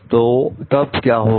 तो तब क्या होगा